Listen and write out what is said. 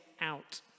out